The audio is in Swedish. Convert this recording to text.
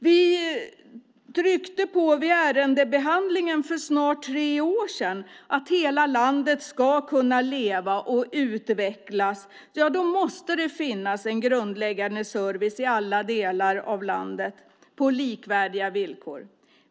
Vi tryckte vid ärendebehandlingen för snart tre år sedan på att för att hela landet ska kunna leva och utvecklas måste det finnas en grundläggande service i alla delar av landet på likvärdiga villkor.